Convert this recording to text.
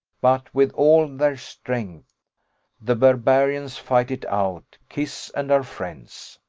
but with all their strength the barbarians fight it out, kiss, and are friends.